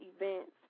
events